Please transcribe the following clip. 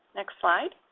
next slide.